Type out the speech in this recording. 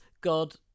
God